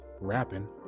rapping